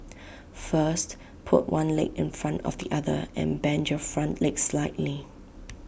first put one leg in front of the other and bend your front leg slightly